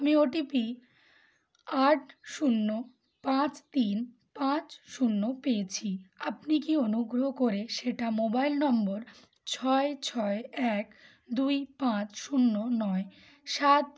আমি ওটিপি আট শূন্য পাঁচ তিন পাঁচ শূন্য পেয়েছি আপনি কি অনুগ্রহ করে সেটা মোবাইল নম্বর ছয় ছয় এক দুই পাঁচ শূন্য নয় সাত